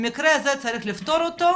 המקרה הזה צריך לפתור אותו,